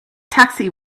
taxi